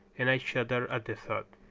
and i shuddered at the thought.